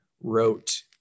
wrote